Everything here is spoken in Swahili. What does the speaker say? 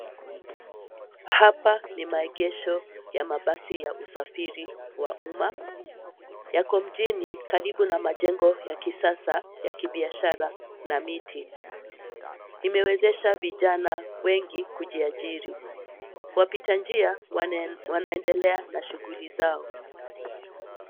Hapa ni maegesho ya mabasi ya usafiri wa umma, yako mjini karibu na majengo ya kisasa ya kibiashara na miti. Imewezesha vijana wengi kujiajiri. Wapita njia wanaendelea na shughuli zao.